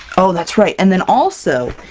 oh that's right! and then also,